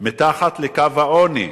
לקו העוני.